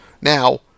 Now